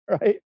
right